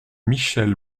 michèle